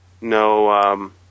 no